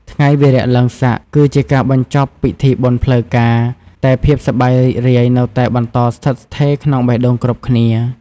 ថ្ងៃវារៈឡើងស័កគឺជាការបញ្ចប់ពិធីបុណ្យផ្លូវការ តែភាពសប្បាយរីករាយនៅតែបន្តស្ថិតស្ថេរក្នុងបេះដូងគ្រប់គ្នា។